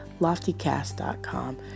Loftycast.com